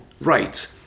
right